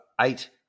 eight